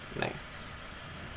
nice